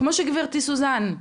כמו שגברתי סוזן אומרת,